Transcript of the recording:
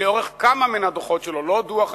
לאורך כמה מן הדוחות שלו, לא דוח אחד,